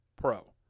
Pro